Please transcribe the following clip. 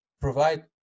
provide